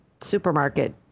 supermarket